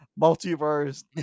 multiverse